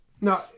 no